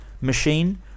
machine